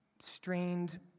strained